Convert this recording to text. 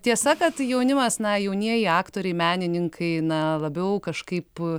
tiesa kad jaunimas na jaunieji aktoriai menininkai na labiau kažkaip